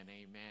Amen